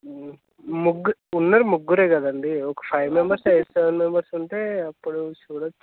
ముగ్గురు ఉన్నది ముగ్గురే కదా అండి ఒక ఫైవ్ మెంబర్స్ ఏ సెవెన్ మెంబర్స్ ఉంటే అప్పుడు చూడవచ్చు